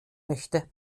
möchte